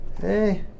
Hey